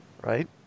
right